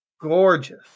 gorgeous